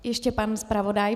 Ještě pan zpravodaj.